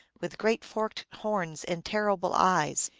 with great forked horns and terrible eyes.